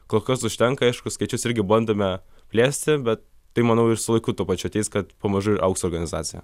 kol kas užtenka aišku skaičius irgi bandome plėsti bet tai manau ir su laiku tuo pačiu ateis kad pamažu augs organizacija